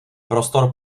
prostor